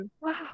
wow